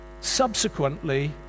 subsequently